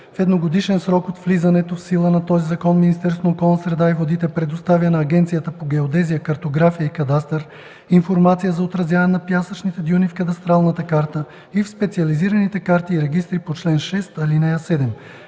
В едногодишен срок от влизането в сила на този закон Министерството на околната среда и водите предоставя на Агенцията по геодезия, картография и кадастър информация за отразяване на пясъчните дюни в кадастралната карта и в специализираните карти и регистри по чл. 6, ал. 7.